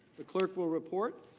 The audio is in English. the clerk will report.